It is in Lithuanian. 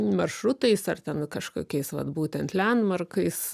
maršrutais ar ten kažkokiais vat būtent lendmarkais